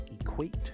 equate